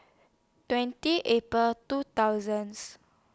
twenty April two thousands